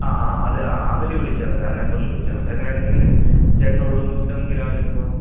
അ ആ അതെ അതിൽ വിളിച്ചാൽ മതി ആ നമ്പറിൽ വിളിച്ചാൽ മതി അങ്ങനെയാണെങ്കിൽ ചേട്ടൻ്റെ ഒഴിവ് നോക്കിയിട്ട് നമുക്ക് രാവിലെ പോവാം